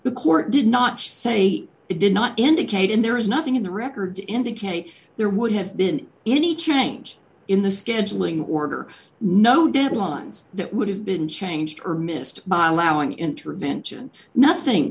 the court did not say it did not indicate in there is nothing in the record indicate there would have been any change in the scheduling order no deadlines that would have been changed her missed by allowing intervention nothing